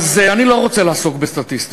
אז אני לא רוצה לעסוק בסטטיסטיקות.